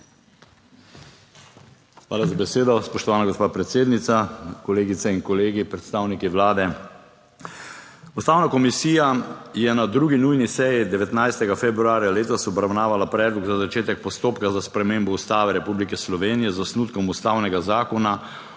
Hvala za besedo, spoštovana gospa predsednica, kolegice in kolegi, predstavniki Vlade. Ustavna komisija je na 2. nujni seji 19. februarja letos obravnavala predlog za začetek postopka za spremembo Ustave Republike Slovenije z osnutkom ustavnega zakona